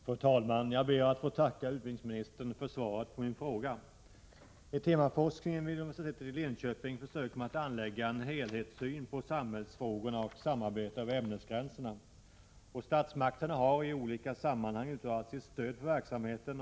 Fru talman! Jag ber att få tacka utbildningsministern för svaret på min fråga. I temaforskningen vid Linköpings universitet försöker man anlägga en helhetssyn på samhällsfrågorna och samarbeta över ämnesgränserna. Statsmakterna har i olika sammanhang uttalat sitt stöd för verksamheten.